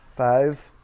Five